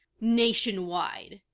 nationwide